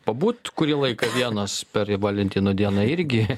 pabūt kurį laiką vienas per valentino dieną irgi